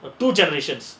the two generations